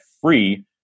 free